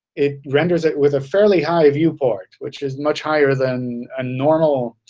it renders it with a fairly high viewport which is much higher than a normal